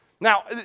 Now